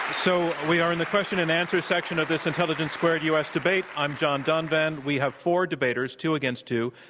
so we are in the question-and-answer section of this intelligence squared u. s. debate. i'm john donvan. we have four debaters, two against two,